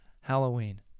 Halloween